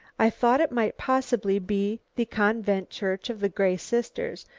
i thought it might possibly be the convent church of the grey sisters,